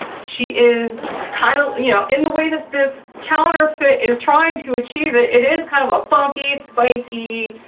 she is kinda, kind of you know, in the way that this counterfeit is trying to achieve it, it is kind of a funky, spiky,